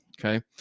Okay